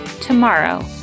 tomorrow